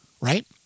Right